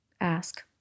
Ask